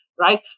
right